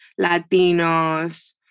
Latinos